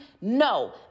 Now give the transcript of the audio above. No